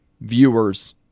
viewers